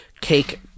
cake